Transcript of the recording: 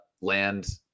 land